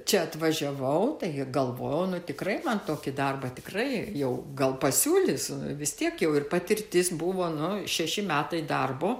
čia atvažiavau tai galvojau nu tikrai man tokį darbą tikrai jau gal pasiūlys vis tiek jau ir patirtis buvo nu šeši metai darbo